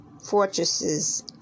fortresses